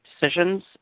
decisions